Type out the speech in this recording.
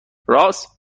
رآس